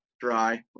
dry